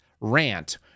rant